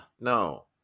no